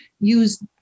use